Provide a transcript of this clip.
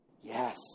Yes